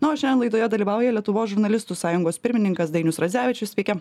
na o šiandien laidoje dalyvauja lietuvos žurnalistų sąjungos pirmininkas dainius radzevičius sveiki